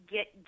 Get